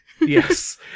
Yes